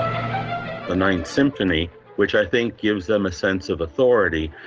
the ninth symphony which i think gives them a sense of authority.